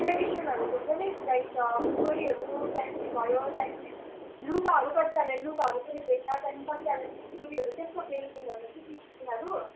ट्रेडिसनहरूको हुन्छ नि लाइक खुकुरीहरू त्यहाँदेखि भयो त्यहाँदेखि लुगाहरू कतिजनाले लुगाहरू पनि बेच्छ त्यहाँदेखि कतिजना छुरीहरू त्यस्तो बेच्ने भने चाहिँ तिनीहरू